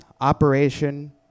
Operation